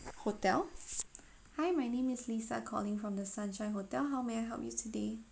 hotel hi my name is lisa calling from the sunshine hotel how may I help you today